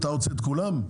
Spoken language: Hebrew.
אתה רוצה את כולם?